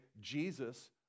Jesus